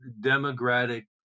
democratic